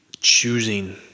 choosing